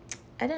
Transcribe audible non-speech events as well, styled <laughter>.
<noise> I don't